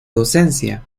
docencia